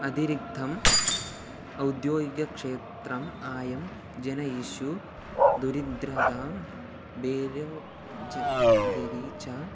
अतिरिक्तम् औद्योगिकक्षेत्रम् आयं जनयितुं दुरिध्रदां बेरोज्गेरी च